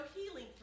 healing